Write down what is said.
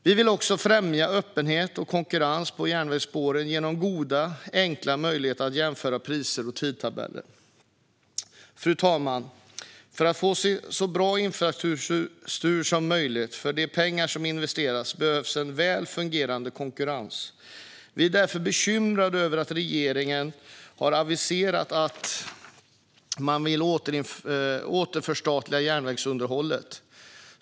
Vi vill också främja öppenhet och konkurrens på järnvägsspåren genom goda och enkla möjligheter att jämföra priser och tidtabeller. Fru talman! För att få så bra infrastruktur som möjligt för de pengar som investeras behövs en väl fungerande konkurrens. Vi är därför bekymrade över att regeringen har aviserat att man vill återförstatliga järnvägsunderhållet.